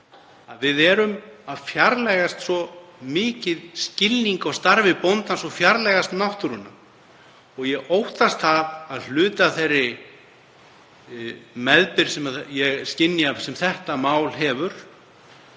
við erum að fjarlægjast svo mikið skilning á starfi bóndans og fjarlægjast náttúruna. Ég óttast það að hluti af þeim meðbyr sem ég skynja að þetta mál hefur